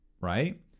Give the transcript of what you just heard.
right